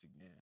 again